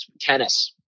Tennis